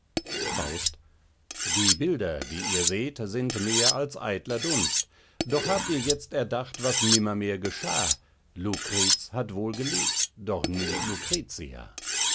faust die bilder die ihr seht sind mehr als eitler dunst doch habt ihr jetzt erdacht was nimmermehr geschah lucrez hat wohl gelebt doch nie lucretia